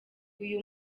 uyu